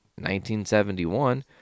1971